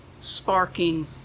sparking